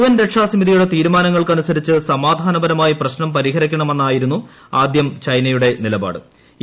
N രക്ഷാസമിതിയുടെ തീരുമാനങ്ങൾക്കനുസരിച്ച് സമാധാനപരമായി പ്രശ്നം പരിഹരിക്കണമെന്നായിരുന്നു ആദ്യം ചൈന നിലപാട് സ്വീകരിച്ചത്